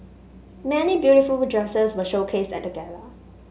many beautiful dresses were showcased at the gala